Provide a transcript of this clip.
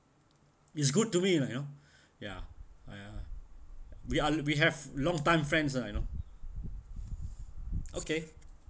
it's good to me lah you know ya uh we are we have longtime friends lah you know okay